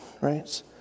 right